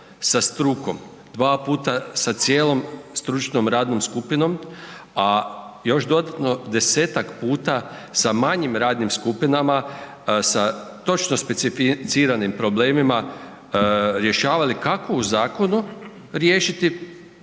sa strukom dva puta sa cijelom stručnom radnom skupinom, a još dodatno 10-tak puta sa manjim radnim skupinama, sa točno specificiranim problemima, rješavali kako u zakonu riješiti